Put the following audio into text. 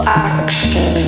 action